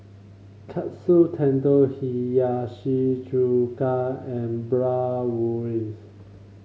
Katsu Tendon Hiyashi Chuka and Bratwurst